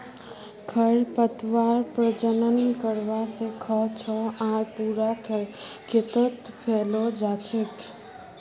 खरपतवार प्रजनन करवा स ख छ आर पूरा खेतत फैले जा छेक